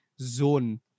zone